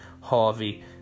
Harvey